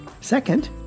Second